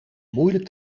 moeilijk